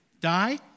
die